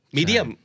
Medium